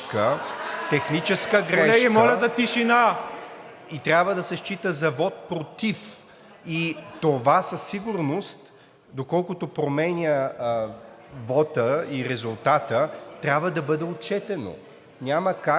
АТАНАС СЛАВОВ: …и трябва да се счита за вот против. Това със сигурност, доколкото променя вота и резултата, трябва да бъде отчетено. Няма как